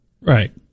Right